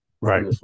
right